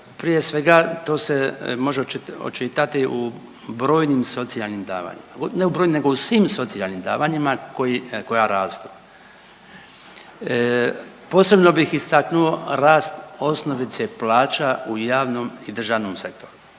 prije svega to se može očitati u brojnim socijalnim davanjima, ne u brojnim nego u svim socijalnim davanjima koji, koja rastu. Posebno bih istaknuo rast osnovice plaća u javnom i državnom sektoru,